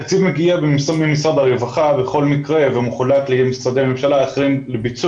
התקציב מגיע ממשרד הרווחה בכל מקרה ומחולק בין משרדי הממשלה לביצוע.